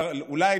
אולי,